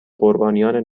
قربانیان